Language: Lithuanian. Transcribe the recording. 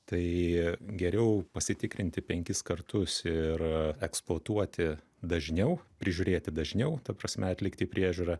tai geriau pasitikrinti penkis kartus ir eksploatuoti dažniau prižiūrėti dažniau ta prasme atlikti priežiūrą